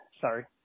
Sorry